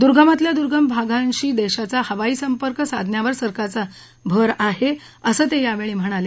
दुर्गमातल्या दूर्गम भागांशी देशाचा हवाई संपर्क साधण्यावर सरकारचा भर आहे असं ते यावेळी म्हणाले